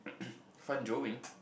fun joving